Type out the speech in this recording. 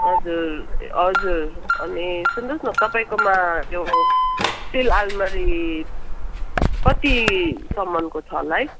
हजुर हजुर अनि सुन्नुहोस् न तपाईँकोमा त्यो स्टिल आल्मारी कतिसम्मको छ होला है